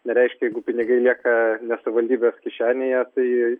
nereiškia jeigu pinigai lieka savivaldybės kišenėje tai